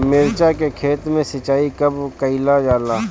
मिर्चा के खेत में सिचाई कब कइल जाला?